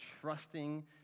trusting